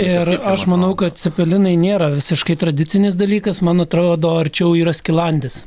ir aš manau kad cepelinai nėra visiškai tradicinis dalykas man atrodo arčiau yra skilandis